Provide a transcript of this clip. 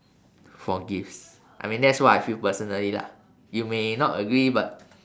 for gifts I mean that's what I feel personally lah you may not agree but